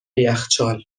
یخچال